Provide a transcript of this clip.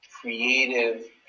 creative